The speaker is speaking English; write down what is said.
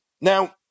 now